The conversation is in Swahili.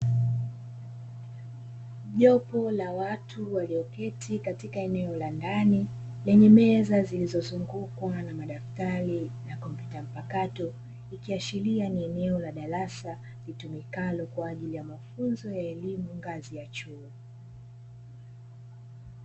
Jopo la watu walioketi eneo la ndani lenye meza zilizozungukwa na madaftari na kompyuta mpakato, ikiashiria ni eneo la darasa litumikalo kwa ajili ya mafunzo ya elimu ngazi ya chuo.